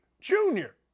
junior